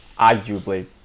arguably